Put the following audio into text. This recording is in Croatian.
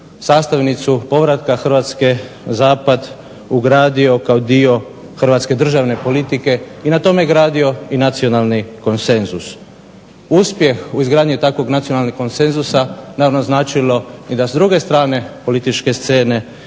sastavnicu povratka Hrvatske zapadu ugradio kao dio hrvatske državne politike i na tome gradio i nacionalni konsenzus. Uspjeh u izgradnji takvog nacionalnog konsenzusa naravno značilo je i da s druge strane političke scene